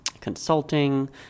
consulting